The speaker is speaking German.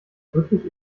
wirklich